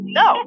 no